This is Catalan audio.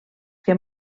que